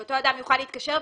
שאותו אדם יוכל להתקשר,